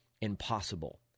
impossible